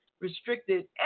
restricted